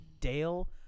dale